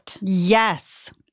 Yes